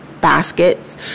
baskets